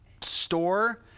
store